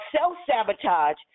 self-sabotage